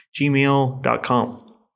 gmail.com